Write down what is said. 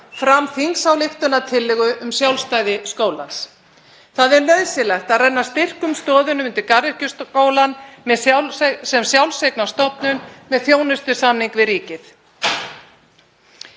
fram þingsályktunartillögu um sjálfstæði skólans. Það er nauðsynlegt að renna styrkum stoðum undir Garðyrkjuskólann sem sjálfseignarstofnun með þjónustusamning við ríkið.